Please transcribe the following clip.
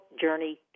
journey